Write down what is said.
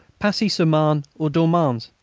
passy-sur-marne, or dormans.